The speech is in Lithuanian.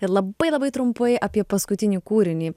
ir labai labai trumpai apie paskutinį kūrinį